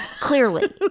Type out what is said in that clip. clearly